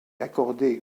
accordées